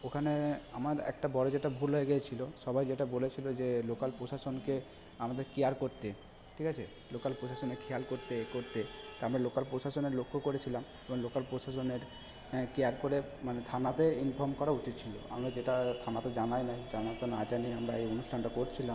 ওখানে আমার একটা বড় যেটা ভুল হয়ে গিয়েছিল সবাই যেটা বলেছিল যে লোকাল প্রশাসনকে আমাদের কেয়ার করতে ঠিক আছে লোকাল প্রশাসনের খেয়াল করতে এ করতে তো আমরা লোকাল প্রশাসনের লক্ষ্য করেছিলাম এবং লোকাল প্রশাসনের কেয়ার করে মানে থানাতে ইনফর্ম করা উচিত ছিল আমরা যেটা থানাতে জানাই নাই জানা তো না জানিয়ে আমরা এই অনুষ্ঠানটা করছিলাম